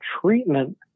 treatment